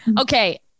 Okay